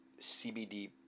CBD